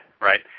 right